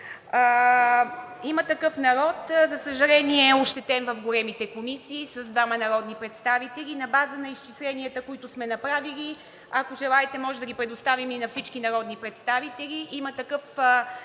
„Има такъв народ“, за съжаление, е ощетен в големите комисии с двама народни представители на база на изчисленията, които сме направили. Ако желаете, може да ги предоставим и на всички народни представители. „Има такъв